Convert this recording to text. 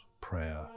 prayer